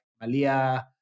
Malia